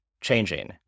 changing